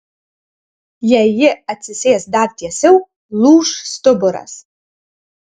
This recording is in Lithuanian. jei ji atsisės dar tiesiau lūš stuburas